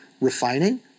refining